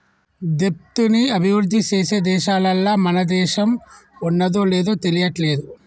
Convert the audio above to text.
దెబ్ట్ ని అభిరుద్ధి చేసే దేశాలల్ల మన దేశం ఉన్నాదో లేదు తెలియట్లేదు